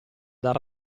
dal